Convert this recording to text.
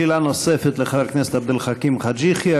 שאלה נוספת לחבר הכנסת עבד אל חכים חאג' יחיא.